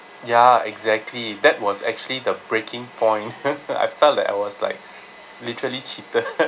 ya exactly that was actually the breaking point I felt like I was like literally cheated